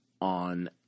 on